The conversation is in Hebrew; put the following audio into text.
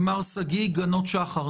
מר שגיא גנות-שחר,